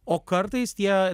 o kartais tie